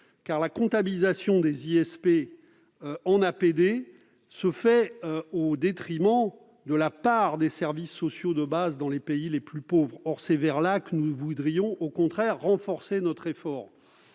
car la comptabilisation des ISP en APD se fait au détriment de la part des services sociaux de base dans les pays les plus pauvres. Or c'est au contraire vers ces derniers que nous voudrions renforcer notre effort.